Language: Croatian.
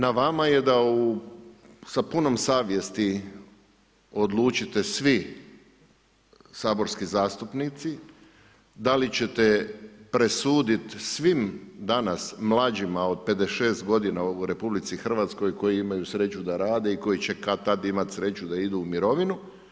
Na vama je da sa punom savjesti odlučite svi saborski zastupnici da li ćete presuditi svim danas mlađima od 56 godina u RH koji imaju sreću da rade i koji će kad-tad imati sreću da idu u mirovinu.